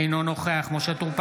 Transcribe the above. אינו נוכח משה טור פז,